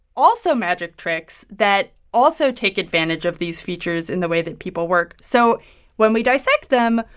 also magic tricks that also take advantage of these features in the way that people work. so when we dissect them,